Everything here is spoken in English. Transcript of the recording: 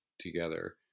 together